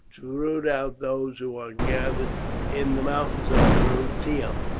to root out those who are gathered in the mountains of bruttium.